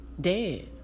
dead